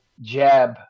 jab